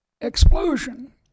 explosion